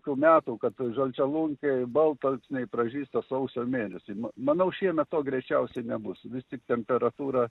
tų metų kad žalčialunkiai baltalksniai pražysta sausio mėnesį ma manau šiemet to greičiausiai nebus vis tik temperatūra